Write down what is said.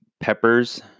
peppers